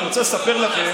אני רוצה לספר לכם,